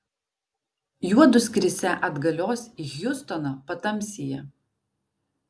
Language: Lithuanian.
juodu skrisią atgalios į hjustoną patamsyje